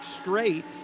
straight